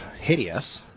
hideous